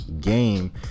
game